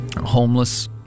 homeless